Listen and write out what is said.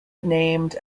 named